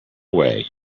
way